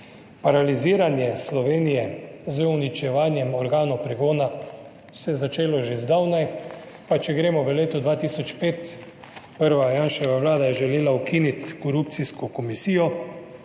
Paraliziranje Slovenije z uničevanjem organov pregona se je začelo že zdavnaj. Pa če gremo v leto 2005, prva Janševa vlada je želela ukiniti korupcijsko komisijo.